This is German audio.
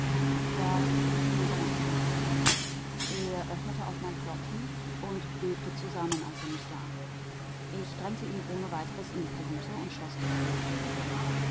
da suchte ich ihn in seiner kajüte auf er öffnete auf mein klopfen und bebte zusammen als er mich sah ich drängte ihn ohne weiteres in die kajüte und schloß die tür